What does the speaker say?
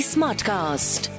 Smartcast